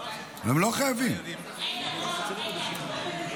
מה שסיכמנו זה שהתשובה תהיה עכשיו,